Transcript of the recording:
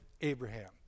Abraham